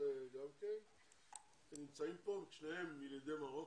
השר המקשר בין הממשלה לכנסת דוד אמסלם: אני יליד הארץ.